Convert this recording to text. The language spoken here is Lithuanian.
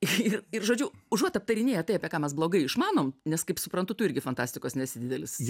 ir ir žodžiu užuot aptarinėję tai apie ką mes blogai išmanom nes kaip suprantu tu irgi fantastikos nesi didelis